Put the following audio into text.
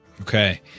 Okay